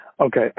Okay